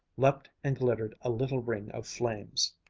leaped and glittered a little ring of flames.